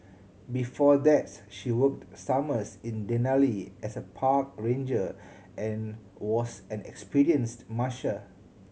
before that's she worked summers in Denali as a park ranger and was an experienced musher